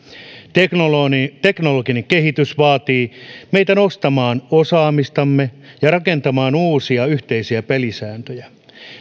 teknologinen teknologinen kehitys vaatii meitä nostamaan osaamistamme ja rakentamaan uusia yhteisiä pelisääntöjä